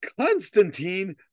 Constantine